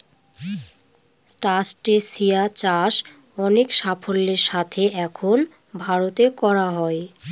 ট্রাস্টেসিয়া চাষ অনেক সাফল্যের সাথে এখন ভারতে করা হয়